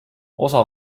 osa